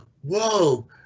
whoa